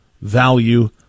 value